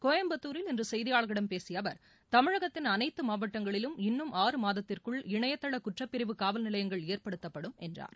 கோயம்புத்தூரில் இன்று செய்தியாளர்களிடம் பேசிய அவர் தமிழகத்தின் அனைத்து மாவட்டங்களிலும் இன்னும் ஆறு மாதத்திற்குள் இணையதள குற்றப்பிரிவு காவல்நிலையங்கள் ஏற்படுத்தப்படும் என்றார்